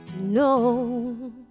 no